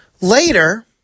Later